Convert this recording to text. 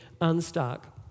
unstuck